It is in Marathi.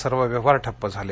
सर्व व्यवहार ठप्प झाले